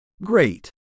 Great